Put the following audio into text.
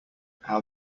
how